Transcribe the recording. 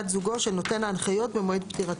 זוגו של נותן ההנחיות במועד פטירתו,